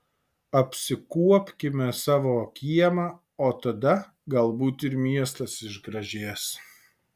apsikuopkime savo kiemą o tada galbūt ir miestas išgražės